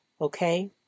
Okay